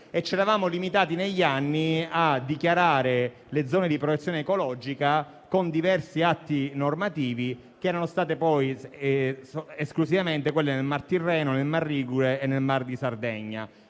Ci eravamo limitati, negli anni, a dichiarare alcune zone di protezione ecologica, con diversi atti normativi; si tratta esclusivamente di quelle nel Mar Tirreno, nel Mar Ligure e nel Mar di Sardegna.